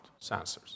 sensors